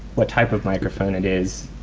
what type of microphone it is.